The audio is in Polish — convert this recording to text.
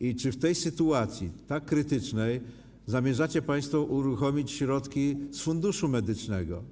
I czy w tej sytuacji, tak krytycznej, zamierzacie państwo uruchomić środki z Funduszu Medycznego?